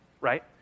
right